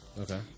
Okay